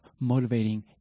motivating